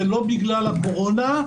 זה לא בגלל הקורונה,